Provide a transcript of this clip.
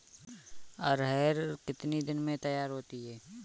अरहर कितनी दिन में तैयार होती है?